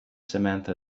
samantha